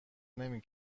نمی